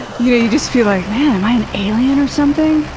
you know you just feel like, man, am i an alien or something?